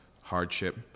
hardship